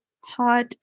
hot